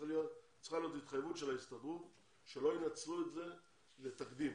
צריכה להיות התחייבות של ההסתדרות שלא ינצלו את זה לתקדים